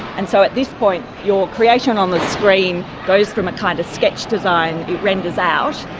and so at this point your creation on the screen goes from a kind of sketch design, it renders out,